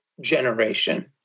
generation